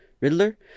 Riddler